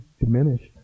diminished